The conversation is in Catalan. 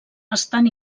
estan